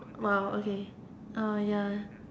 !wow! okay oh ya